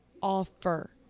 offer